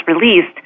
released